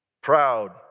Proud